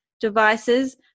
devices